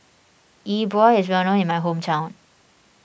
Yi Bua is well known in my hometown